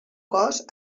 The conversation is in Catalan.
cos